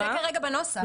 זה כרגע בנוסח.